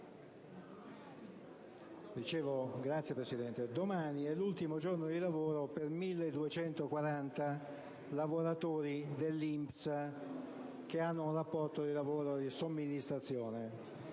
domani è l'ultimo giorno di lavoro per 1.240 lavoratori dell'INPS che hanno un rapporto di lavoro di somministrazione